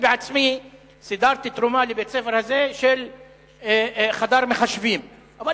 אני בעצמי סידרתי תרומה של חדר מחשבים לבית-הספר הזה,